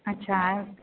अच्छा